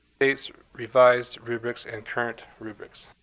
revised rubrics and current rubrics